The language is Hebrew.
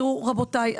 רבותיי,